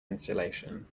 insulation